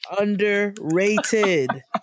Underrated